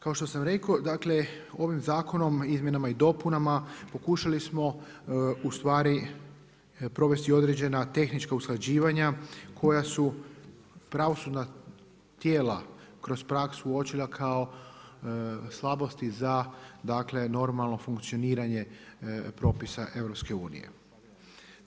Kao što sam rekao dakle, ovim zakonom, izmjenama i dopunama pokušali smo ustvari provesti određena tehnička usklađivanja koja su pravosudna tijela kroz praksu uočila kao slabosti za dakle, normalno funkcioniranje propisa EU-a.